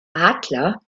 adler